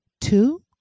Two